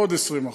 עוד 20%,